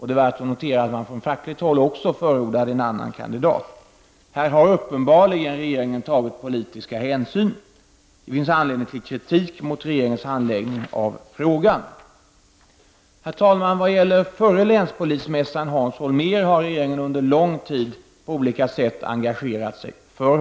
Det är värt att notera att man också från fackligt håll förordade en annan kandidat. Här har regeringen uppenbarligen tagit politiska hänsyn. Det finns anledning till kritik mot regeringens handläggning av frågan. Herr talman! Förre länspolismästaren Hans Holmér har regeringen under lång tid på olika sätt engagerat sig för.